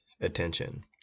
attention